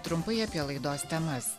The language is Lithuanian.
trumpai apie laidos temas